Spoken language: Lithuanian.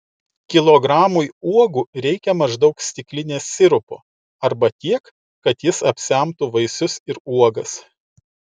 kilogramui uogų reikia maždaug stiklinės sirupo arba tiek kad jis apsemtų vaisius ir uogas